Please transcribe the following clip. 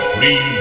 Free